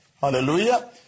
Hallelujah